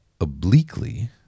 obliquely